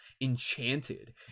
enchanted